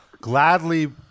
gladly